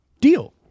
Deal